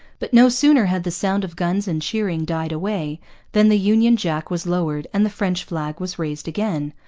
but no sooner had the sound of guns and cheering died away than the union jack was lowered and the french flag was raised again,